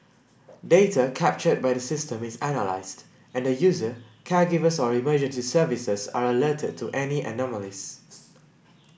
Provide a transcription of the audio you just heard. data captured by the system is analysed and the user caregivers or emergency services are alerted to any anomalies